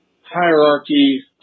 hierarchy